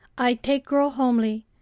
i take girl homely.